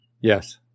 Yes